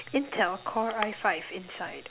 Intel core I five inside